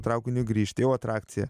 traukiniu grįžti jau atrakcija